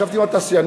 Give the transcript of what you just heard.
ישבתי עם התעשיינים.